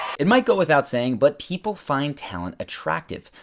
it might go without saying but people find talent attractive.